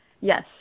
Yes